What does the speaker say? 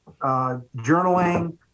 journaling